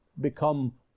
become